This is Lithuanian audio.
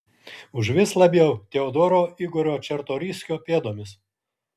užvis labiau teodoro igorio čartoriskio pėdomis